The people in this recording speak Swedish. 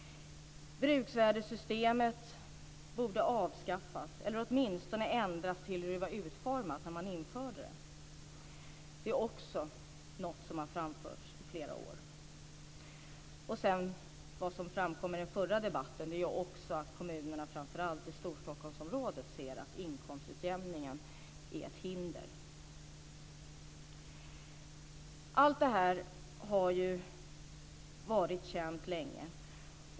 Bruksvärdesystemet borde avskaffas eller åtminstone ändras till hur det var utformat när det infördes. Detta är också något som har framförts under flera år. Vad som framkom i förra debatten var att kommunerna framför allt i Storstockholmsområdet ser inkomstutjämningen som ett hinder. Allt detta har varit känt länge.